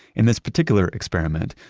in this particular experiment,